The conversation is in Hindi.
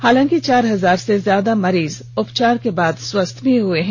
हालांकि चार हजार से ज्यादा मरीज उपचार के बाद स्वस्थ भी हुए हैं